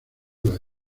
los